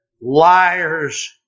liars